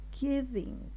giving